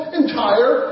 entire